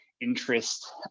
interest